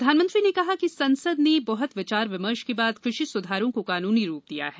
प्रधानमंत्री ने कहा कि संसद ने बहुत विचार विमर्श के बाद कृषि सुधारों को कानूनी रूप दिया है